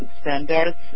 standards